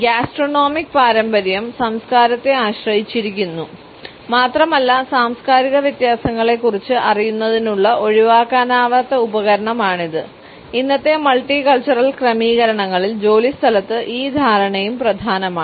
gastronomic ക്രമീകരണങ്ങളിൽ ജോലിസ്ഥലത്ത് ഈ ധാരണയും പ്രധാനമാണ്